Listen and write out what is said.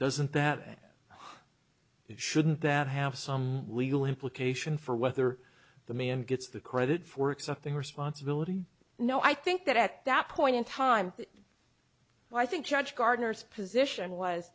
doesn't that it shouldn't that have some legal implication for whether the me and gets the credit for accepting responsibility no i think that at that point in time well i think judge gardner's position was